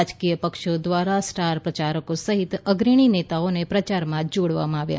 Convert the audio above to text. રાજકીય પક્ષો દ્વારા સ્ટાર પ્રચારકો સહીત અગ્રણી નેતાઓને પ્રચારમાં જોડવામાં આવ્યા